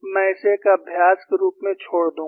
मैं इसे एक अभ्यास के रूप में छोड़ दूंगा